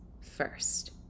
first